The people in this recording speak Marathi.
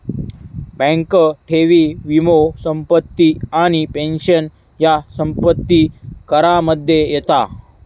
बँक ठेवी, वीमो, संपत्ती आणि पेंशन ह्या संपत्ती करामध्ये येता